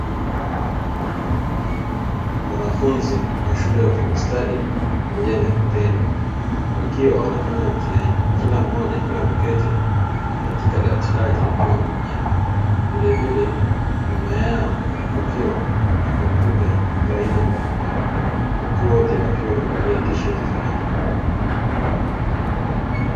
Wanafunzi wa shule ya ufundi stadi pamoja na vitendo wakiwa wanafanya mtihani. Kila mmoja akiwa ameketi katika dawati lake akiwa mwenyewe vilevile nyuma yao kukiwa na kompyuta za aina mbalimbali huku wote wakiwa wamevalia tisheti za rangi nyeupe.